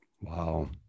Wow